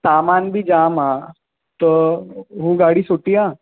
सामान बि जाम आहे त उहा गाॾी सुठी आहे